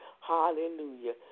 Hallelujah